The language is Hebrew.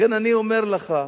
לכן אני אומר לך,